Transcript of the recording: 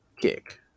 kick